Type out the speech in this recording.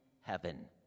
heaven